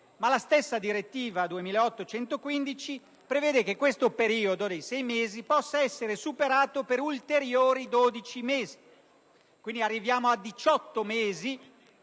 Ma la stessa direttiva 2008/115/CE prevede che questo periodo dei sei mesi possa essere superato per ulteriori 12. Arriviamo così a 18 mesi,